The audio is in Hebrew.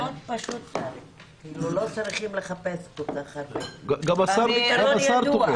גם השר תומך.